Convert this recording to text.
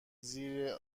زیر